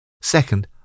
Second